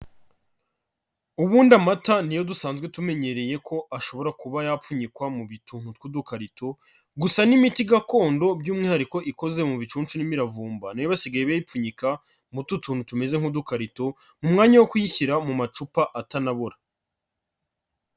Ubundi amata niyo dusanzwe tumenyereye ko ashobora kuba yapfunyikwa mu tuntu tw'udukarito, gusa n'imiti gakondo by'umwihariko ikoze mu ibincuncu n'imiravumba nayo basigaye bayipfunyika mu tuntu tumeze nk'udukarito mu mwanya wo kuyishyira mu macupa atanabora.